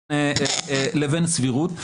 לבין הסבירות.